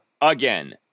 again